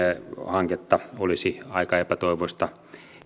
hanketta olisi aika epätoivoista